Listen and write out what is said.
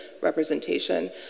representation